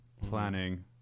planning